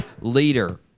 leader